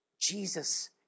Jesus